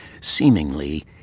seemingly